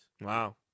wow